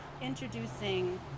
introducing